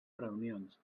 reunions